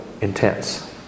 intense